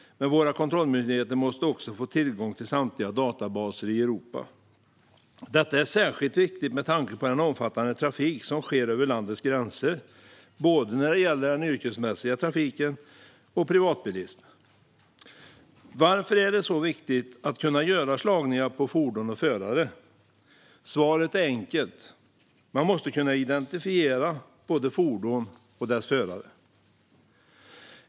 Men våra kontrollmyndigheter måste också få tillgång till samtliga databaser i Europa. Detta är särskilt viktigt med tanke på den omfattande trafik som sker över landets gränser, både när det gäller den yrkesmässiga trafiken och när det gäller privatbilismen. Varför är det så viktigt att kunna göra slagningar på fordon och förare? Svaret är enkelt: Man måste kunna identifiera både fordon och deras förare.